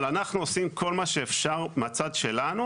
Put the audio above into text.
אנחנו עושים כל מה שאפשר מהצד שלנו